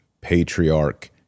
Patriarch